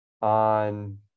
on